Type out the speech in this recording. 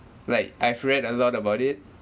like I've read a lot about it